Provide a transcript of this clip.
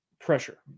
pressure